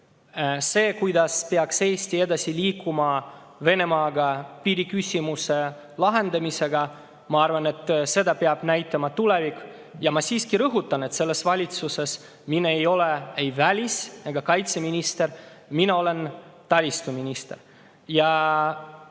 seda, kuidas peaks Eesti edasi liikuma Venemaaga piiriküsimuse lahendamisel, peab näitama tulevik. Ma siiski rõhutan, et selles valitsuses mina ei ole ei välis- ega kaitseminister, mina olen taristuminister.